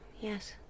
Yes